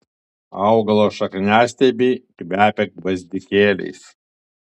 augalo šakniastiebiai kvepia gvazdikėliais